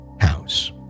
house